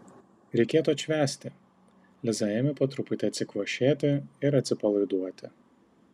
reikėtų atšvęsti liza ėmė po truputį atsikvošėti ir atsipalaiduoti